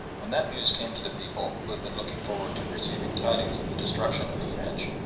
when that news came to the people, who had been looking forward to receiving tidings of the destruction of the french,